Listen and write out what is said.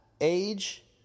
age